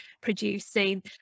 producing